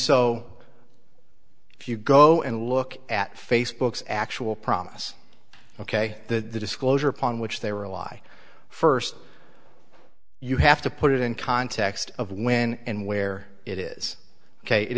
so if you go and look at facebook's actual promise ok the disclosure upon which they were a lie first you have to put it in context of when and where it is ok it